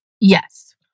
Yes